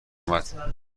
اومد